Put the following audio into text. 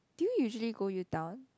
do you usually go Utown